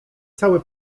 cały